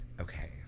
Okay